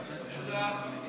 איזה ארטיק?